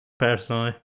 Personally